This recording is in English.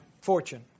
fortune